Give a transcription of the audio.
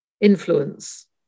influence